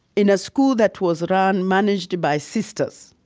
in a school that was run, managed, by sisters,